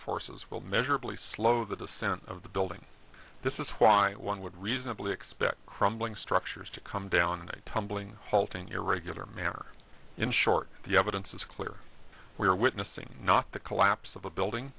forces will measurably slow the descent of the building this is why one would reasonably expect crumbling structures to come down in a tumbling halting irregular manner in short the evidence is clear we are witnessing not the collapse of a building